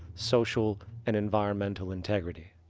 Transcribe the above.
social and environmental integrity.